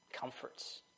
comforts